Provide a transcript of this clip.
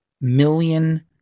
million